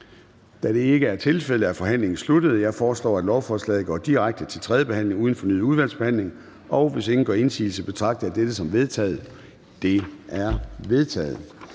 Da det ikke er tilfældet, er forhandlingen sluttet. Jeg foreslår, at lovforslaget går direkte til tredje behandling uden fornyet udvalgsbehandling. Hvis ingen gør indsigelse, betragter jeg dette som vedtaget. Det er vedtaget.